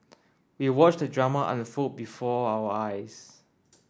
we watched the drama unfold before our eyes